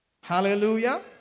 Hallelujah